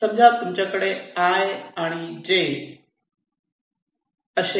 समजा तुमच्याकडे 'i' आणि 'j' असे 2 नेट आहेत